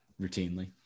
routinely